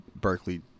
Berkeley